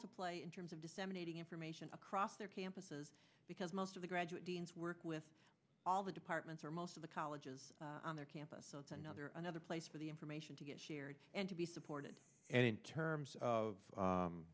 to play in terms of disseminating information across their campuses because most of the graduate deans work with all the departments or most of the colleges on their campus so it's another another place for the information to get shared and to be supported and in terms of